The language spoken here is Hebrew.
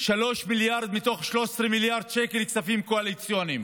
3 מיליארד מתוך 13 מיליארד שקל לכספים קואליציוניים.